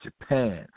Japan